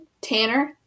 Tanner